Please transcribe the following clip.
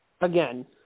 again